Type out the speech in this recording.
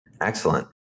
Excellent